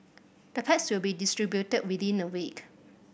the packs will be distributed within a week